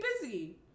busy